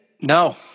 No